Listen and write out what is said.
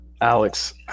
Alex